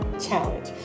challenge